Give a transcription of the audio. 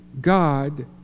God